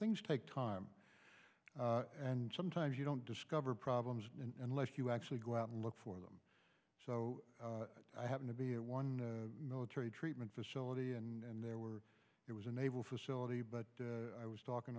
things take time and sometimes you don't discover problems unless you actually go out and look for them so i happen to be a one military treatment facility and there were it was a naval facility but i was talking